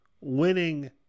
winning